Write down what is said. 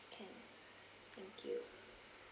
can thank you